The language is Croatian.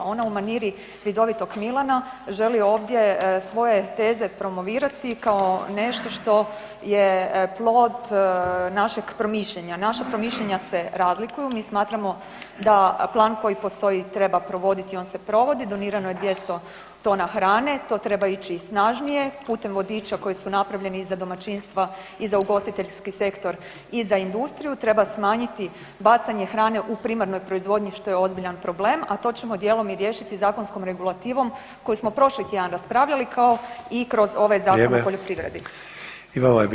Ona u maniri vidovitog Milana želi ovdje svoje teze promovirati kao nešto što je plod našeg promišljanja, naša promišljanja se razlikuju, mi smatramo da plan koji postoji treba provoditi, on se provodi, donirano je 200 tona hrane, to treba ići i snažnije putem vodiča koji su napravljeni za domaćinstva i za ugostiteljski sektor i za industriju, treba smanjiti bacanje hrane u primarnoj proizvodnji što je ozbiljan problem a to ćemo djelom i riješiti zakonskom regulativom koju smo prošli tjedan raspravljali kao i kroz ovaj Zakon o poljoprivredi.